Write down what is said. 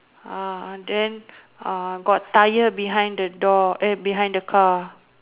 ah then ah got tyre behind the door eh behind the car